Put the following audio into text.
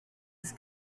his